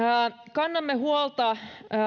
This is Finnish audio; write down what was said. kannamme huolta